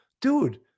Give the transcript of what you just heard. Dude